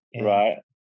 Right